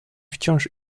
wciąż